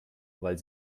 weil